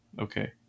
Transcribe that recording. Okay